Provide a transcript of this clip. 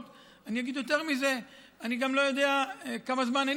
אני אגיד יותר מזה: אני גם לא יודע כמה זמן אני